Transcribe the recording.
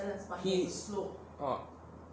he orh